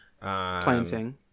Planting